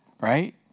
Right